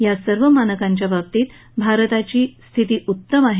या सर्व मानकांच्या बाबतीत भारताची स्थिती उत्तम आहे